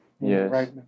Yes